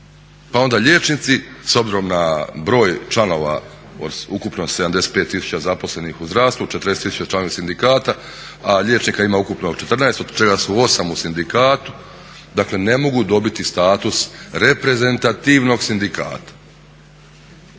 Pa onda liječnici s obzirom na broj članova od ukupno 75 tisuća zaposlenih u zdravstvu, 40 tisuća članova sindikata, a liječnika ima ukupno 14 od čega su 8 u sindikatu. Dakle, ne mogu dobiti status reprezentativnog sindikata.